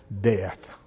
death